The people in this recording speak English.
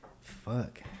Fuck